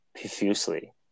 profusely